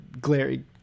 glary